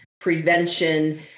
prevention